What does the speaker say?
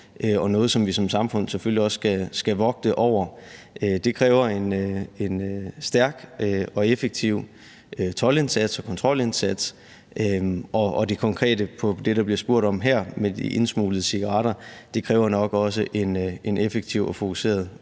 og noget, som vi som samfund selvfølgelig også skal vogte over. Det kræver en stærk og effektiv toldindsats og kontrolindsats, og i forhold til det konkrete med indsmuglede cigaretter, der bliver spurgt om her, kræver det nok også en effektiv og fokuseret